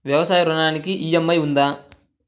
వ్యవసాయ ఋణానికి ఈ.ఎం.ఐ ఉందా?